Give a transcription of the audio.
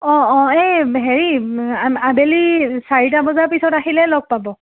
অ' অ' এই হেৰি আবেলি চাৰিটা বজাৰ পিছত আহিলেই লগ পাব